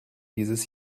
dieses